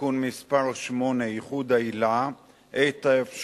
(תיקון מס' 8) (ייחוד עילה לנפגעי פעולות איבה),